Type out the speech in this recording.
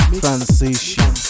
transition